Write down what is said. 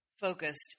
focused